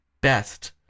best